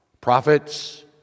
prophets